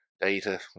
data